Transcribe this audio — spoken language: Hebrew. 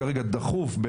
כרגע דחוף,